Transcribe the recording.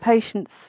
patients